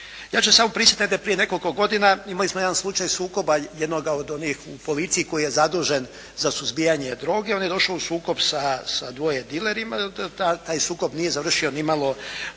Ja ću samo prisjetiti, prije nekoliko godina imali smo jedan slučaj sukoba jednoga od onih u policiji koji je zadužen za suzbijanje droge. On je došao u sukob sa dvoje dilerima. Taj sukob nije završio nimalo,